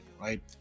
right